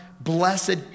blessed